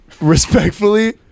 Respectfully